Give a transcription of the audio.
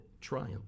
triumph